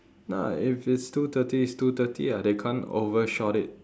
nah if it's two thirty it's two thirty ah they can't overshot it